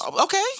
Okay